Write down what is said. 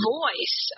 voice